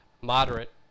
moderate